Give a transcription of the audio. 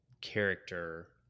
character